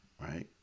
Right